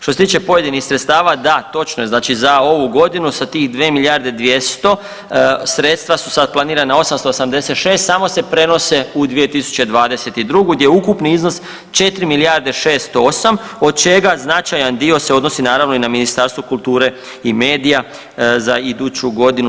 Što se tiče pojedinih sredstava da točno je, znači za ovu godinu sa tih dve milijarde 200 sredstava su sad planirana 886, samo se prenose u 2022. gdje je ukupni iznos 4 milijarde 608, od čega značajan dio se odnosi naravno i na Ministarstvo kulture i medija za iduću godinu.